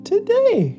today